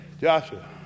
Joshua